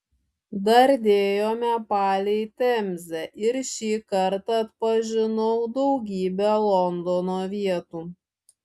dardėjome palei temzę ir šį kartą atpažinau daugybę londono vietų